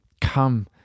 Come